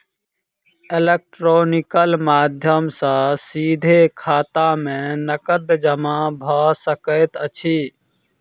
electronical माध्यम सॅ सीधे खाता में नकद जमा भ सकैत अछि